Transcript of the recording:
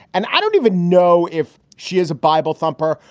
and i don't even know if she has a bible thumper.